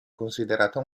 considerata